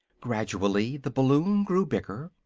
gradually the balloon grew bigger,